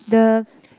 the